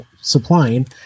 supplying